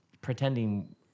pretending